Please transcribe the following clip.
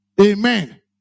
Amen